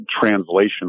translation